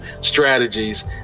strategies